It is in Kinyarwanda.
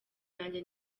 yanjye